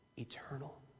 eternal